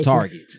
Target